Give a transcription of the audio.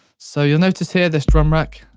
so you'll notice here this drum rack,